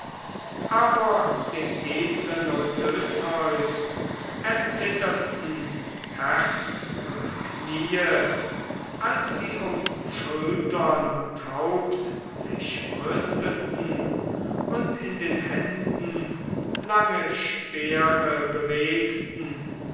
aber dem edlen odysseus erzitterten herz und kniee als sie um schultern und haupt sich rüsteten und in den händen lange speere bewegten